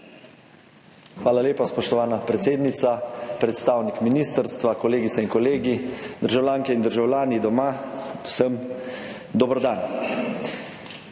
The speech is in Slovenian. Hvala lepa, spoštovana predsednica. Predstavnik ministrstva, kolegice in kolegi, državljanke in državljani doma, vsem dober dan!